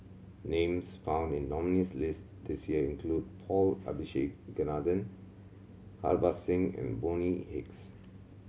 names found in the nominees' list this year include Paul Abisheganaden Harbans Singh and Bonny Hicks